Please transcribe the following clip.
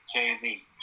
Jay-Z